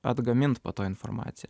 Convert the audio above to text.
atgamint po to informaciją